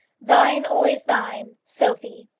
thine always thine, sophie.